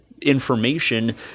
information